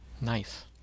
Nice